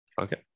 okay